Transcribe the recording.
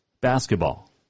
basketball